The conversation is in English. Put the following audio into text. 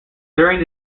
during